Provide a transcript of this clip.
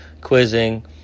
quizzing